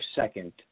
second